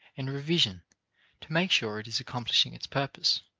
and revision to make sure it is accomplishing its purpose.